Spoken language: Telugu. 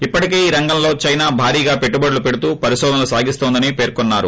ఇప్పటికే ఈ రంగంలో చైనా భారీగా పెట్టుబడులు పెడుతూ పరికోధనలు సాధిస్తోందని పేర్కొన్నారు